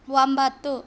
ಒಂಬತ್ತು